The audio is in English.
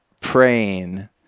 praying